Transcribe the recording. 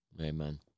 Amen